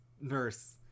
nurse